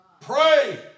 Pray